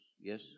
Yes